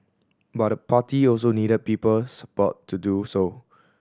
but the party also needed people support to do so